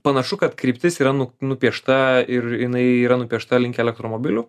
panašu kad kryptis yra nu nupiešta ir jinai yra nupiešta link elektromobilių